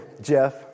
Jeff